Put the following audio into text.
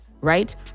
right